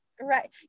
right